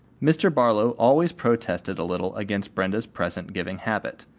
mr. barlow always protested a little against brenda's present-giving habit.